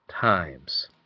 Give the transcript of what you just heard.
times